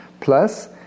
Plus